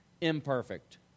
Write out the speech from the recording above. imperfect